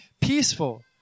peaceful